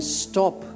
stop